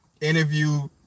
interview